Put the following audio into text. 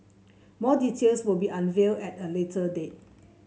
more details will be unveiled at a later date